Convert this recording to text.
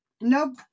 No